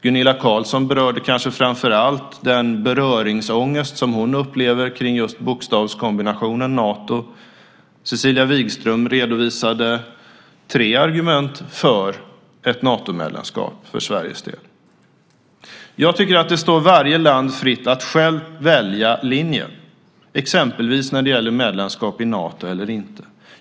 Gunilla Carlsson berörde kanske framför allt den beröringsångest som hon upplever kring just bokstavskombinationen Nato, och Cecilia Wigström redovisade tre argument för ett Natomedlemskap för Sveriges del. Jag tycker att det står varje land fritt att självt välja linje, exempelvis när det gäller medlemskap i Nato eller inte.